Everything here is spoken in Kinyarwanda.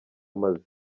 maze